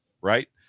right